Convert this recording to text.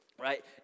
right